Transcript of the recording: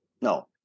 no